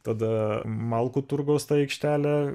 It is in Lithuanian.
tada malkų turgaus ta aikštelė